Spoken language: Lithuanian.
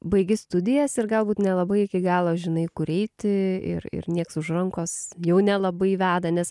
baigi studijas ir galbūt nelabai iki galo žinai kur eiti ir ir niekas už rankos jau nelabai veda nes